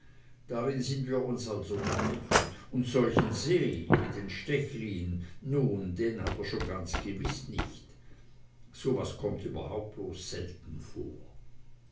darin sind wir uns also gleich und solchen see wie den stechlin nu den hat er schon ganz gewiß nicht so was kommt überhaupt bloß selten vor